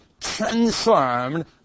transformed